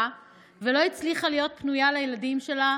ולא הצליחה להיות פנויה לילדים שלה,